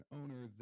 owner